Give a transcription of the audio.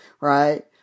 Right